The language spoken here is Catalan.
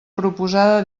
proposada